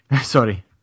Sorry